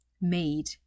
made